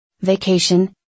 Vacation